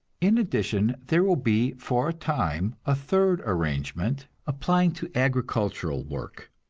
in addition, there will be for a time a third arrangement, applying to agricultural work,